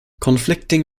conflicting